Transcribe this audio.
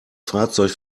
fahrzeug